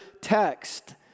text